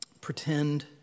pretend